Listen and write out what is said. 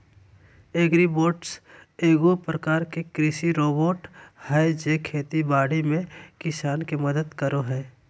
agribots एगो प्रकार के कृषि रोबोट हय जे खेती बाड़ी में किसान के मदद करो हय